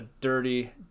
dirty